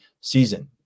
season